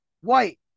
White